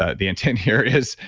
ah the intent here is,